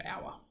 hour